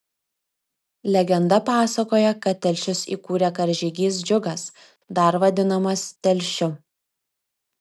legenda pasakoja kad telšius įkūrė karžygys džiugas dar vadinamas telšiu